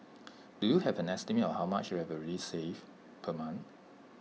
do you have an estimate of how much you're already saving per month